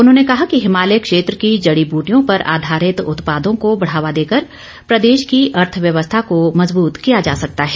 उन्होंने कहा कि हिमालय क्षेत्र की जड़ी बूटियों पर आधारित उत्पादों को बढ़ावा देकर प्रदेश की अर्थव्यवस्था को मजबूत किया जा सकता है